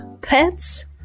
pets